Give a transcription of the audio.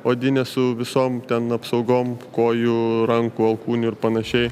odinė su visom ten apsaugom kojų rankų alkūnių ir panašiai